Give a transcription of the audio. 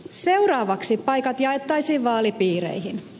seuraavaksi paikat jaettaisiin vaalipiireihin